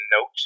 note